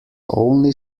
only